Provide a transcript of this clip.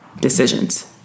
decisions